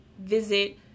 visit